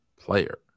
player